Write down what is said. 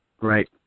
right